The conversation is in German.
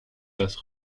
das